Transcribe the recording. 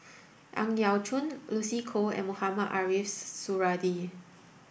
Ang Yau Choon Lucy Koh and Mohamed Ariff Suradi